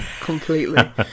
completely